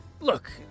Look